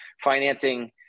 financing